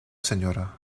sra